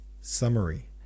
Summary